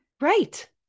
right